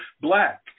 black